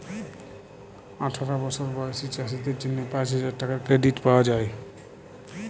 আঠার বসর বয়েসী চাষীদের জ্যনহে পাঁচ হাজার টাকার কেরডিট পাউয়া যায়